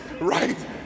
right